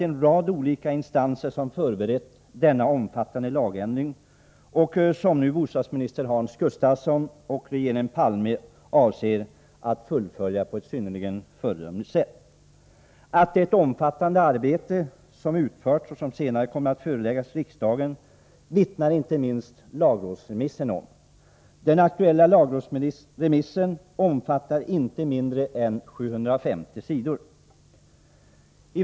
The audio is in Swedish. En rad olika instanser har förberett en omfattande lagändring, ett arbete som nu bostadsminister Hans Gustafsson och regeringen Palme avser att fullfölja på ett synnerligen föredömligt sätt. Att det är ett omfattande material som har arbetats fram och som senare kommer att föreläggas riksdagen vittnar inte minst lagrådsremissen om. Den aktuella lagrådsremissen omfattar inte mindre än 750 sidor.